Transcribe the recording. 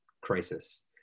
crisis